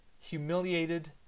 humiliated